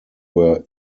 were